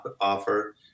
offer